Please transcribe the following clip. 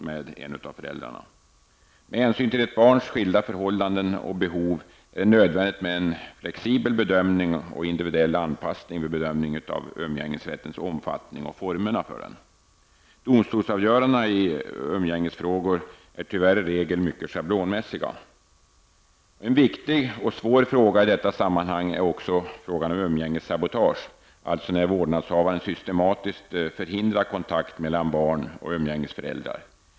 Med hänsyn till barns skilda förhållanden och behov är det nödvändigt med en flexibel värdering och en individuell anpassning vid bedömningen av umgängsrättens omfattning och formerna härför. Domstolsavgörandena i umgängesfrågor är tyvärr i regel mycket schablonmässiga. En annan viktig -- och svår -- fråga i detta sammanhang är frågan om umgängessabotage, alltså när vårdnadshavaren systematiskt förhindrar kontakt mellan barn och umgängesföräldrar.